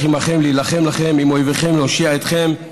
עמכם להלחם לכם עם איביכם להושיע אתכם',